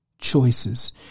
Choices